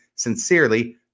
Sincerely